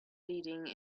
leading